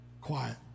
Quiet